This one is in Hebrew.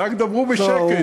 רק דברו בשקט,